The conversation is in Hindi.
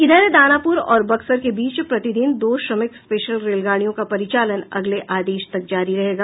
इधर दानापुर और बक्सर के बीच प्रतिदिन दो श्रमिक स्पेशल रेलगाड़ियों का परिचालन अगले आदेश तक जारी रहेगा